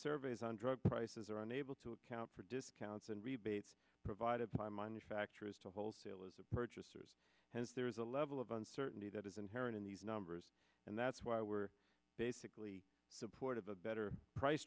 surveys on drug prices are unable to account for discounts and rebates provided by minute factor as to wholesalers of purchasers hence there is a level of uncertainty that is inherent in these numbers and that's why we're basically support of a better price